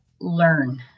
learn